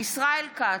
ישראל כץ,